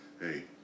Hey